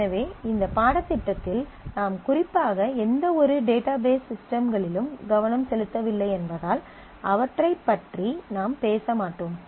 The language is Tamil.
எனவே இந்த பாடத்திட்டத்தில் நாம் குறிப்பாக எந்தவொரு குறிப்பிட்ட டேட்டாபேஸ் சிஸ்டம்களிலும் கவனம் செலுத்தவில்லை என்பதால் அவற்றைப் பற்றி நாம் பேச மாட்டோம்